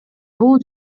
бул